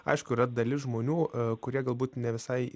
aišku yra dalis žmonių kurie galbūt ne visai